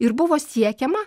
ir buvo siekiama